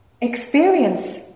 experience